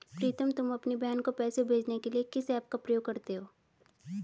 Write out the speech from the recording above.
प्रीतम तुम अपनी बहन को पैसे भेजने के लिए किस ऐप का प्रयोग करते हो?